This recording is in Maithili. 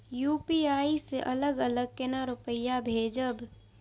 यू.पी.आई से अलग अलग केना रुपया भेजब